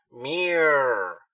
mirror